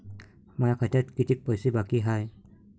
माया खात्यात कितीक पैसे बाकी हाय?